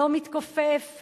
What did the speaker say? לא מתכופף,